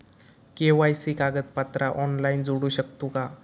KYC कागदपत्रा online जोडू शकतू का?